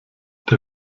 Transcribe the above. der